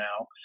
now